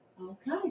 Okay